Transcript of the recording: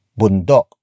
bundok